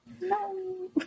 No